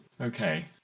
okay